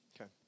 Okay